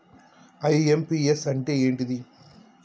IMPS అంటే ఏంటిది?